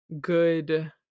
good